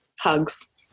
hugs